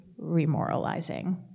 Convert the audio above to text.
remoralizing